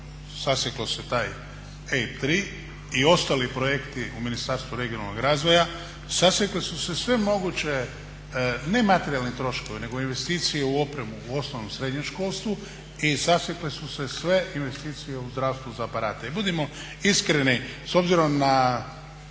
sasjeklo se taj EIB tri i ostali projekti u Ministarstvu regionalnog razvoja, sasjekle su se sve moguće ne materijalni troškovi, nego investicije u opremu, u osnovnom, srednjem školstvu i sasjekle su se sve investicije u zdravstvu za aparate. I budimo iskreni s obzirom na